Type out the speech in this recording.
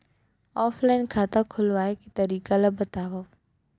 Offline खाता खोलवाय के तरीका ल बतावव?